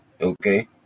Okay